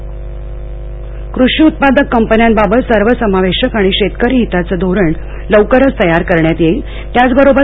मुख्यमंत्री कृषी उत्पादक कंपन्यांबाबत सर्वसमावेशक आणि शेतकरी हिताचं धोरण लवकरच तयार करण्यात येईलत्याच बरोबर